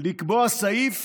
לקבוע סעיף